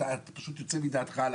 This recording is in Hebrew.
אתה פשוט יוצא מדעתך על